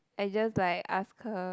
I just like ask her